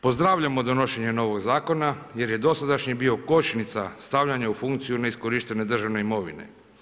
Pozdravljamo donošenje novog zakona, jer je dosadašnji bio kočnica stavljanja u funkciju neiskorištene državne imovine.